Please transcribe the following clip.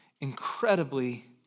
Incredibly